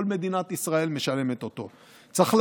כל מדינת ישראל משלמת אותו.